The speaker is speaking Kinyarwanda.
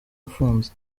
afunze